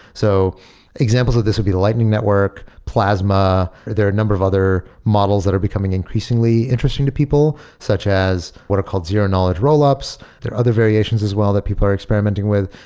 so examples of this would be lightning network, plasma. there are a number of other models that are becoming increasingly interesting to people such as what are called zero knowledge roll ups. there are other variations as well that people are experimenting with.